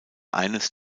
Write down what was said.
eines